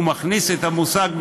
הוא מכניס את המושג מסתנן,